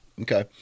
Okay